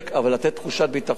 אבל לתת תחושת ביטחון,